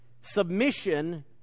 Submission